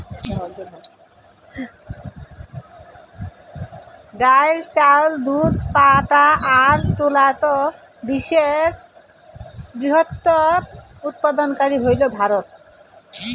ডাইল, চাউল, দুধ, পাটা আর তুলাত বিশ্বের বৃহত্তম উৎপাদনকারী হইল ভারত